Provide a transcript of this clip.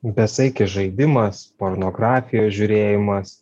besaikis žaidimas pornografijos žiūrėjimas